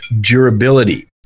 durability